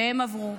שהם עברו,